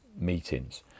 meetings